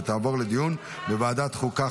ותעבור לדיון בוועדת החוקה,